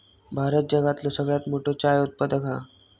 भारत जगातलो सगळ्यात मोठो चाय उत्पादक हा